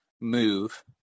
move